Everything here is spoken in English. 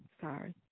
Sorry